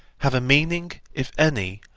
have a meaning, if any,